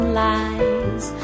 lies